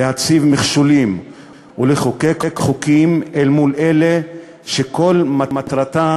להציב מכשולים ולחוקק חוקים אל מול אלה שכל מטרתם